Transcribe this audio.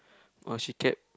or she kept